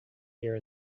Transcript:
here